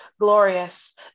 Glorious